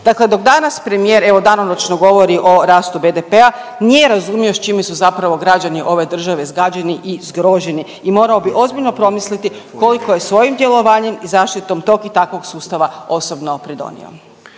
Dakle dok danas premijer, evo, danonoćno govori o rastu BDP-a, nije razumio s čime su zapravo građani ove države zgađeni i zgroženi i morao bi ozbiljno promisliti koliko je svojim djelovanjem i zaštitom tog i takvog sustava osobno pridonio.